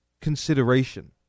consideration